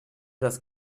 das